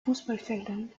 fußballfeldern